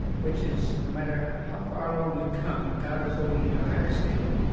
which is, no matter how far along you'd come, god was holding you to a higher standard